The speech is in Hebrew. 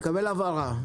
נקבל הבהרה.